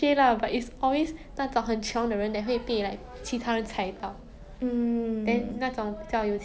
plus you know 我看那种 economic report singapore is one of the most expensive cities to live in